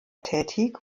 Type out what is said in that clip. tätig